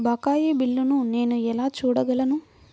బకాయి బిల్లును నేను ఎలా చూడగలను?